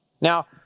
Now